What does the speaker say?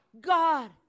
God